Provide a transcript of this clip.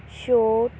ਛੋਟ